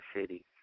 city